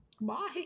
Bye